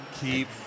keep